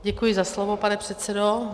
Děkuji za slovo, pane předsedo.